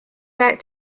back